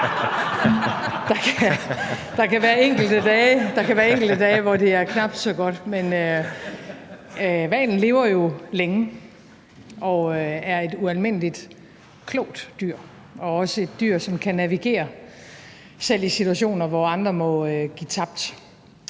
der kan være enkelte dage, hvor det er knap så godt, men hvalen lever jo længe og er et ualmindelig klogt dyr og også et dyr, som kan navigere, selv i situationer, hvor andre må give tabt.